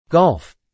Golf